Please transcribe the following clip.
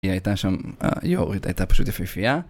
היא הייתה שם היו"רית הייתה פשוט יפיפייה